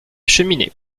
cheminée